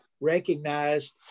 recognized